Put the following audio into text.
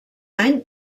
any